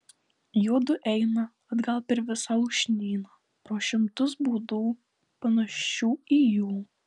juodu eina atgal per visą lūšnyną pro šimtus būdų panašių į jų